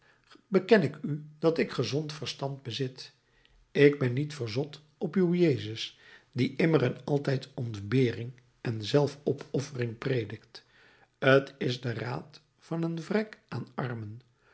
beken ik u dat ik gezond verstand bezit ik ben niet verzot op uw jezus die immer en altijd ontbering en zelfopoffering predikt t is de raad van een vrek aan armen